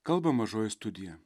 kalba mažoji studija